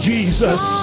Jesus